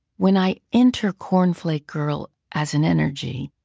when i enter cornflake girl as an energy,